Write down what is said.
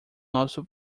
nosso